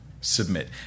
submit